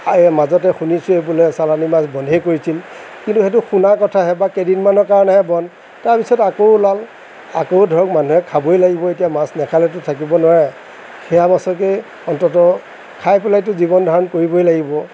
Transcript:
এই মাজতে শুনিছোঁ এই বোলে চালানী মাছ বন্ধেই কৰিছিল কিন্তু সেইটো শুনা কথাহে বা কেইদিনমানৰ কাৰণেহে বন্ধ তাৰপিছত আকৌ ওলাল আকৌ ধৰক মানুহে খাবই লাগিব এতিয়া মাছ নাখালেতো থাকিব নোৱাৰে সেয়া মাছকেই অন্ততঃ খাই পেলাইতো জীৱন ধাৰণ কৰিবই লাগিব